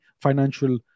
financial